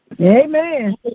Amen